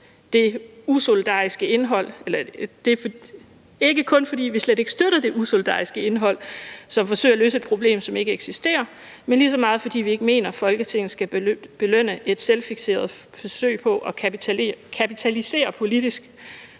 kan vi ikke støtte forslaget, ikke kun fordi vi slet ikke støtter det usolidariske indhold, som forsøger at løse et problem, som ikke eksisterer, men lige så meget fordi vi ikke mener, at Folketinget skal belønne et selvfikseret forsøg på at kapitalisere politisk